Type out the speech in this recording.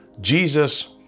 Jesus